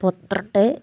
പന്ത്രണ്ട്